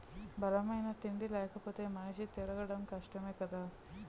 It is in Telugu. బలమైన తిండి లేపోతే మనిషి తిరగడం కష్టమే కదా